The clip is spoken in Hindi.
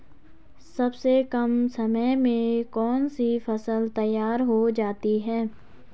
सबसे कम समय में कौन सी फसल तैयार हो जाती है?